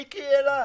מיקי העלה?